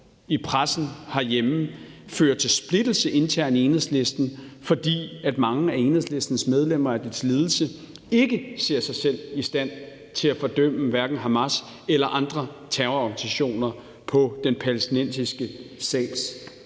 i pressen herhjemme fører til splittelse internt i Enhedslisten, fordi mange af Enhedslistens medlemmer af dets ledelse ikke ser sig selv i stand til at fordømme hverken Hamas eller andre terrororganisationer på den palæstinensiske sags